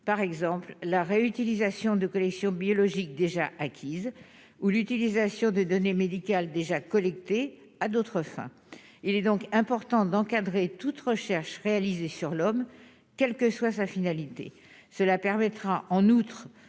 par exemple la réutilisation de collections biologiques déjà acquise ou l'utilisation des données médicales déjà collectés à d'autres fins, il est donc important d'encadrer toute recherche réalisée sur l'homme, quelle que soit sa finalité : cela permettra en outre